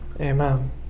Amen